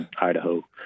Idaho